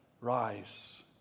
rise